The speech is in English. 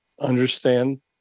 understand